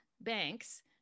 banks